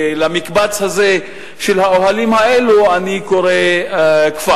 ולמקבץ הזה של האוהלים האלה אני קורא "כפר".